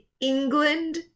England